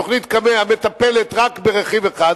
תוכנית קמ"ע מטפלת רק ברכיב אחד.